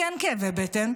כי אין כאבי בטן.